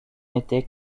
était